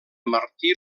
martí